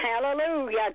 Hallelujah